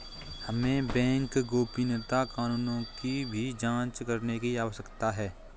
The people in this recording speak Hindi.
हमें बैंक गोपनीयता कानूनों की भी जांच करने की आवश्यकता है